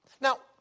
Now